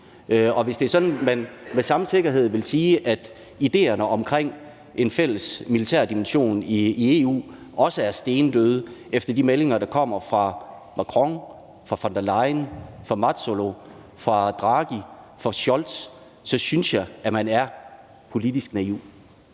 Og hvis det er sådan, man med den samme sikkerhed vil sige, at idéerne omkring en fælles militær dimension i EU også er stendøde, efter de meldinger, der kommer fra Macron, fra von der Leyen, fra Metsola, fra Draghi, fra Scholz, så synes jeg, at man er politisk naiv.